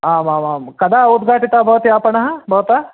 आम् आमां कदा उद्घाटितः भवति आपणः भवताम्